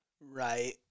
Right